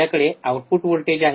आपल्याकडे output voltage आहे